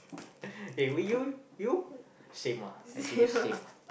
eh were you you same ah actually same ah